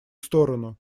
сторону